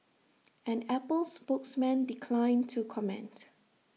an Apple spokesman declined to comment